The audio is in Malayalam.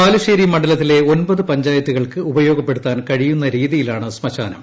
ബാലുശ്ശേരി മണ്ഡലത്തിലെ ഒൻപത് പഞ്ചായത്തുകൾക്ക് ഉപയോഗപ്പെടുത്താൻ കഴിയുന്ന രീതിയിലാണ് ശ്മശാനം